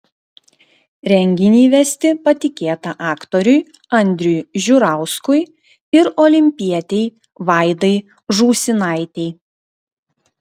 renginį vesti patikėta aktoriui andriui žiurauskui ir olimpietei vaidai žūsinaitei